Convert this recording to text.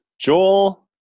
Joel